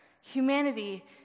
Humanity